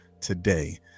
today